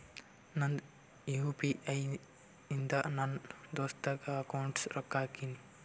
ನಂದ್ U P I ಇಂದ ನನ್ ದೋಸ್ತಾಗ್ ಅಕೌಂಟ್ಗ ರೊಕ್ಕಾ ಹಾಕಿನ್